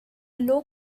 low